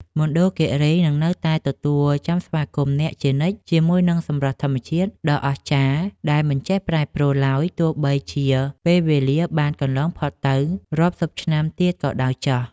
មណ្ឌលគីរីនឹងនៅតែទទួលចាំស្វាគមន៍អ្នកជានិច្ចជាមួយនឹងសម្រស់ធម្មជាតិដ៏អស្ចារ្យដែលមិនចេះប្រែប្រួលឡើយទោះបីជាពេលវេលាបានកន្លងផុតទៅរាប់សិបឆ្នាំទៀតក៏ដោយចុះ។